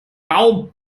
baum